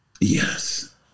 Yes